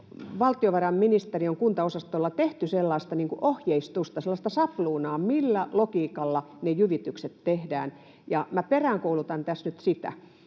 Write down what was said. valtiovarainministeriön kuntaosastolla tehty sellaista ohjeistusta, sellaista sabluunaa, millä logiikalla ne jyvitykset tehdään? Minä peräänkuulutan tässä nyt sitä,